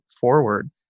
forward